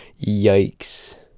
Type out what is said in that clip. Yikes